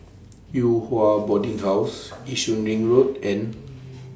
Yew Hua Boarding House Yishun Ring Road and